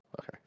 Okay